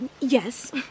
Yes